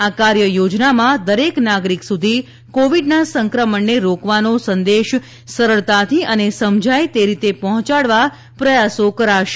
આ કાર્યયોજનામાં દરેક નાગરિક સુધી કોવિડના સંક્રમણને રોકવાનો સંદેશ સરળતાથી અને સમજાય તે રીતે પહોંચાડવા પ્રયાસો કરાશે